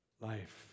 life